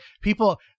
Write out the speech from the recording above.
People